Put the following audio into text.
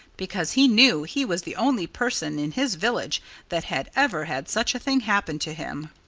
because he knew he was the only person in his village that had ever had such a thing happen to him.